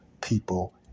people